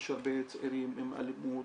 יש הרבה צעירים עם אלימות,